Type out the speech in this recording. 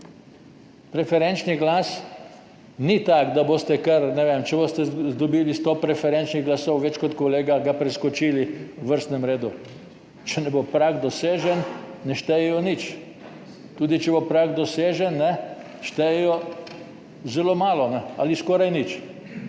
Preferenčni glas ni tak, da boste kar, ne vem, če boste dobili 100 preferenčnih glasov več kot kolega, ga preskočili v vrstnem redu, če ne bo prag dosežen ne štejejo nič. Tudi če bo prag dosežen štejejo zelo malo ali skoraj nič,